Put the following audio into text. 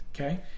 okay